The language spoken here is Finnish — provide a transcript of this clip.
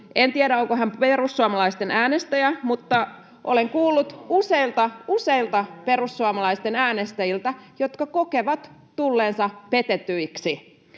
En tiedä, onko hän perussuomalaisten äänestäjä, mutta olen kuullut useilta, useilta perussuomalaisten äänestäjiltä, että he kokevat tulleensa petetyiksi.